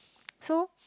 so